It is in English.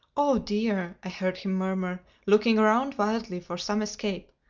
oh dear! i heard him murmur, looking around wildly for some escape.